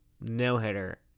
no-hitter